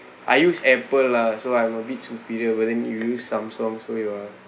I use Apple lah so I'm a bit superior but then you use Samsung so you're